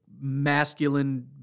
masculine